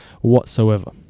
whatsoever